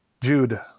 Jude